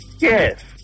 yes